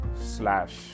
slash